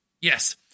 Yes